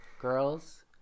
girls